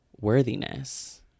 worthiness